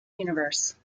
universe